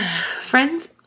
Friends